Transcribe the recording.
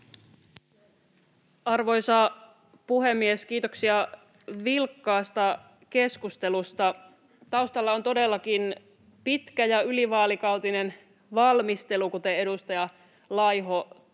Arvoisa puhemies! Kiitoksia vilkkaasta keskustelusta. Taustalla on todellakin pitkä ja ylivaalikautinen valmistelu, kuten edustaja Laiho